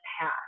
path